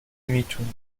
میتونی